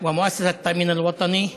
ועם המוסד לביטוח לאומי,